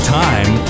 time